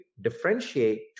differentiate